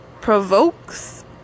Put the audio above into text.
provokes